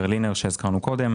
ברלינר שהזכרנו קודם,